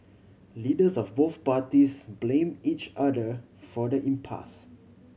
leaders of both parties blame each other for the impasse